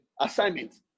assignment